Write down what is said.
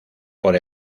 por